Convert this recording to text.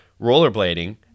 rollerblading